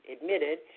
admitted